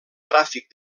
tràfic